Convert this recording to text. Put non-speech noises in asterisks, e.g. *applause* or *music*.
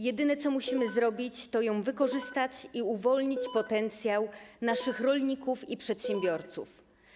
Jedyne, co musimy *noise* zrobić, to ją wykorzystać i uwolnić potencjał naszych rolników i przedsiębiorców.